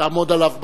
תעמוד עליו בעצמך.